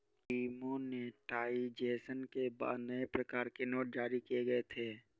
demonetisation के बाद नए प्रकार के नोट जारी किए गए थे